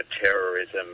terrorism